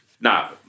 Now